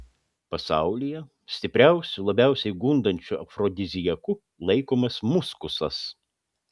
pasaulyje stipriausiu labiausiai gundančiu afrodiziaku laikomas muskusas